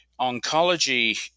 oncology